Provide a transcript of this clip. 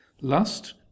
lust